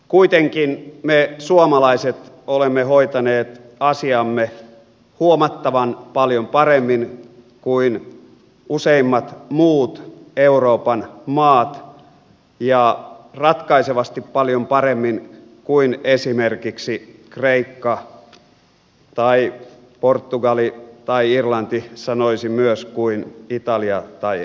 kuitenkin me suomalaiset olemme hoitaneet asiamme huomattavan paljon paremmin kuin useimmat muut euroopan maat ja ratkaisevasti paljon paremmin kuin esimerkiksi kreikka tai portugali tai irlanti sanoisin myös kuin italia tai espanja